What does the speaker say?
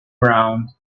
around